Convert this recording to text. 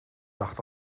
dacht